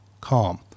CALM